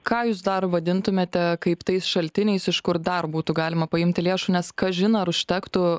ką jūs dar vadintumėte kaip tais šaltiniais iš kur dar būtų galima paimti lėšų nes kažin ar užtektų